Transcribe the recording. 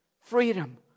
Freedom